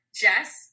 Jess